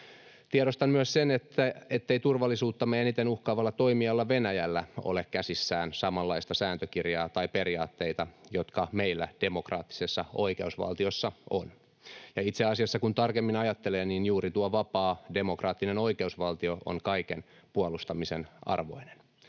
Tiedostan myös sen, ettei turvallisuuttamme eniten uhkaavalla toimijalla, Venäjällä, ole käsissään samanlaista sääntökirjaa tai periaatteita, jotka meillä demokraattisessa oikeusvaltiossa on. Ja itse asiassa, kun tarkemmin ajattelee, juuri tuo vapaa demokraattinen oikeusvaltio on kaiken puolustamisen arvoinen.